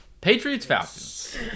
Patriots-Falcons